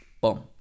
Boom